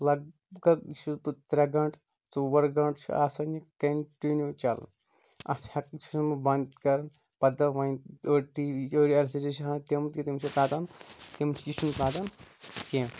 لگ بگ یہِ چھُس بہٕ ترٛےٚ گٲنٛٹہٕ ژور گٲنٛٹہٕ چھُ آسان یہِ کَنٹِنیو چلان اَتھ ہٮ۪کنہٕ چھُس نہٕ بہٕ بنٛد کران پَتہٕ دَپہٕ وۄنۍ أڈۍ ٹی وی أڈۍ ایل سی ڈی چھِ آسان تِم تہِ تِم چھِ ژَٹان تِم یہِ چھُ نہٕ ژَٹُن کیٚنٛہہ